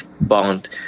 bond